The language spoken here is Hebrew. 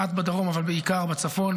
מעט בדרום אבל בעיקר בצפון,